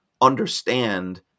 understand